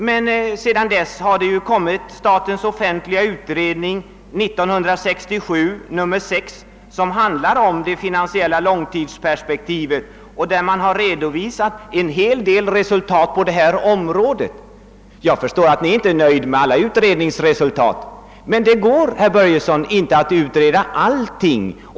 Men sedan dess har vi fått SOU 1967: 6, som handlar om det finansiella långtidsperspektivet . och som redovisar en hel del förhållanden på detta område. Jag förstår att ni inte är nöjda med alla utredningsresultat. Men det går inte, herr Börjesson, att utreda allting.